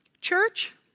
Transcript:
church